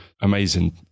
amazing